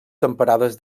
temperades